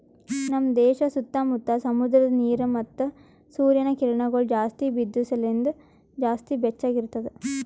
ನಮ್ ದೇಶ ಸುತ್ತಾ ಮುತ್ತಾ ಸಮುದ್ರದ ನೀರ ಮತ್ತ ಸೂರ್ಯನ ಕಿರಣಗೊಳ್ ಜಾಸ್ತಿ ಬಿದ್ದು ಸಲೆಂದ್ ಜಾಸ್ತಿ ಬೆಚ್ಚಗ ಇರ್ತದ